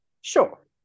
Sure